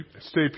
stay